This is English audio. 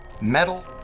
metal